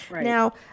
Now